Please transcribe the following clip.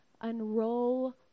Unroll